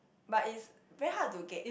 but is very hard to get